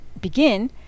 begin